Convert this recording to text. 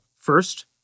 First